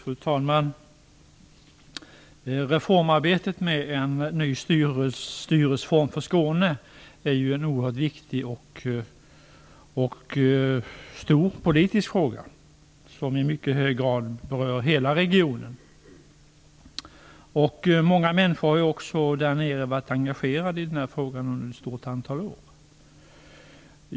Fru talman! Reformarbetet med en ny styresform för Skåne är en oerhört viktig och stor politisk fråga som i mycket hög grad berör hela regionen. Många människor där nere har också varit engagerade i den här frågan under ett stort antal år.